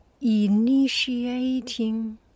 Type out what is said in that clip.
initiating